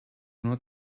not